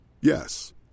Yes